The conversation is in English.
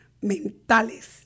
mentales